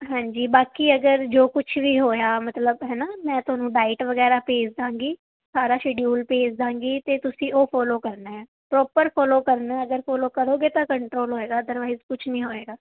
ਹਾਂਜੀ ਬਾਕੀ ਅਗਰ ਜੋ ਕੁਛ ਵੀ ਹੋਇਆ ਮਤਲਬ ਹੈ ਨਾ ਮੈਂ ਤੁਹਾਨੂੰ ਡਾਇਟ ਵਗੈਰਾ ਭੇਜ ਦਵਾਂਗੀ ਸਾਰਾ ਸ਼ੈਡਿਊਲ ਪੇਜ ਦਵਾਂਗੇ ਅਤੇ ਤੁਸੀਂ ਉਹ ਫੋਲੋ ਕਰਨਾ ਹੈ ਪ੍ਰੋਪਰ ਫੋਲੋ ਕਰਨਾ ਅਗਰ ਫੋਲੋ ਕਰੋਗੇ ਤਾਂ ਕੰਟਰੋਲ ਹੋਏਗਾ ਅਦਰਵਾਈਜ਼ ਕੁਛ ਨਹੀਂ ਹੋਏਗਾ